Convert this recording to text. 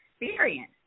experience